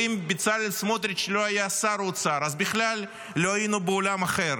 ואם בצלאל סמוטריץ' לא היה שר האוצר אז בכלל היינו בעולם אחר.